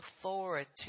authority